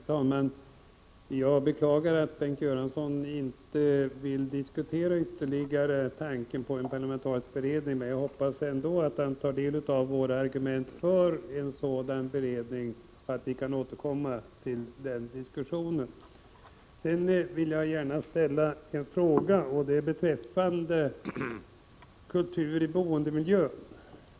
Herr talman! Jag beklagar att Bengt Göransson inte vill ytterligare diskutera tanken på en parlamentarisk beredning, men jag hoppas ändå att han tar del av våra argument för en sådan beredning och att vi kan återkomma till den diskussionen. Jag vill gärna ställa en fråga beträffande kultur i boendemiljön.